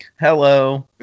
Hello